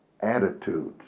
attitudes